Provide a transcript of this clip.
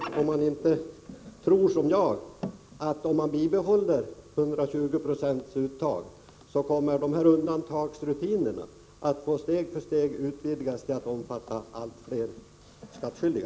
Tror inte Olle Westberg som jag, att om man behåller detta uttag på 120 70, kommer de här undantagsrutinerna att steg för steg utvidgas till att omfatta allt fler skattskyldiga?